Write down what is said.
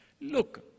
Look